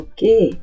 Okay